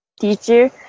teacher